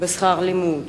בשכר לימוד